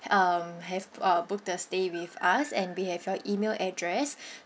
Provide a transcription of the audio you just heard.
um have a(uh) booked stay with us and we have your email address